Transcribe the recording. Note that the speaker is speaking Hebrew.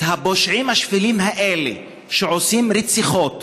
את הפושעים השפלים האלה שעושים רציחות